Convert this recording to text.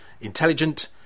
intelligent